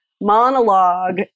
monologue